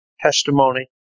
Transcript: testimony